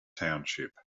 township